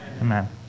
Amen